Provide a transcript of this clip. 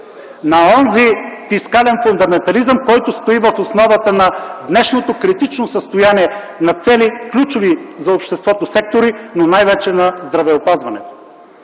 на онзи фискален фундаментализъм, който стои в основата на днешното критично състояние на цели ключови за обществото сектори, но най-вече на здравеопазването?